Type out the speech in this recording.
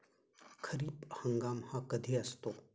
खरीप हंगाम हा कधी असतो?